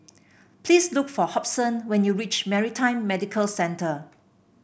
please look for Hobson when you reach Maritime Medical Centre